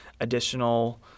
additional